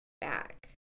back